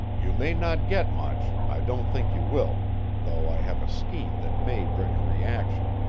you may not get much i don't think you will though i have a scheme that may bring a reaction.